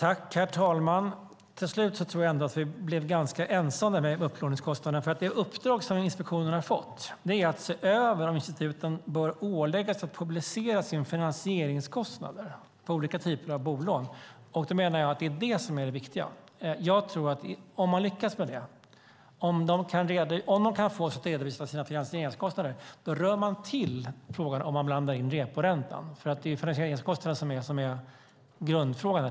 Herr talman! Till slut tror jag att vi ändå blev ense om frågan om upplåningskostnaden. Det uppdrag som inspektionen har fått är att se över om instituten bör åläggas att publicera sina finansieringskostnader på olika typer av bolån. Det menar jag är det viktiga. Om man lyckas med detta, om de redovisar sina finansieringskostnader, blir frågan rörig om reporäntan blandas in. Det är finansieringskostnaden som är grundfrågan.